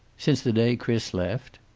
since the day chris left.